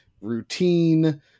Routine